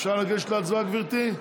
אפשר לגשת להצבעה, גברתי?